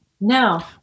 No